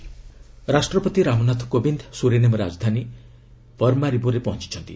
president ରାଷ୍ଟ୍ରପତି Ramnath Kovind Suriname ରାଜଧାନୀ 'ପରମାରିବୋ'ରେ ପହଞ୍ଚୁଛନ୍ତି